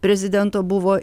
prezidento buvo